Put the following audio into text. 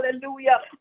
hallelujah